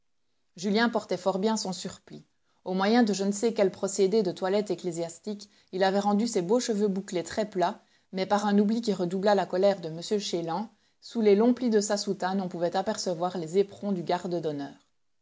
julien portait fort bien son surplis au moyen de je ne sais quel procédé de toilette ecclésiastique il avait rendu ses beaux cheveux bouclés très plats mais par un oubli qui redoubla la colère de m chélan sous les longs plis de sa soutane on pouvait apercevoir les éperons du garde d'honneur